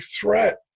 threat